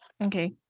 Okay